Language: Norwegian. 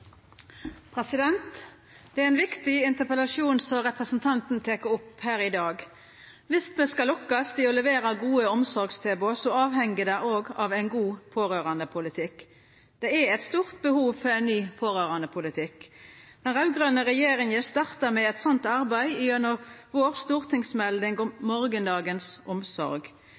opp her i dag. Dersom me skal lukkast i å levera gode omsorgstilbod, avheng det òg av ein god pårørandepolitikk. Det er eit stort behov for ein ny pårørandepolitikk. Den raud-grøne regjeringa starta med eit slikt arbeid gjennom vår stortingsmelding om morgondagens omsorg.